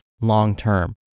long-term